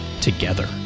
together